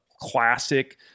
classic